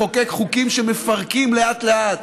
לחוקק חוקים שמפרקים לאט-לאט